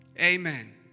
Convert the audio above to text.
Amen